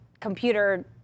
computer